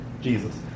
Jesus